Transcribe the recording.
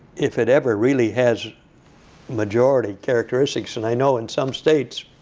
if it ever really has majority characteristics and i know in some states